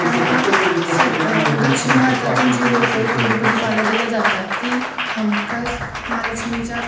त्यामुळं सर दक्षिण भारतातून जी लोकं तिरुपती बालाजीला जातात ती हमखास महालक्ष्मीच्या